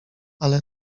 ale